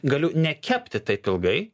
galiu nekepti taip ilgai